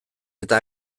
eta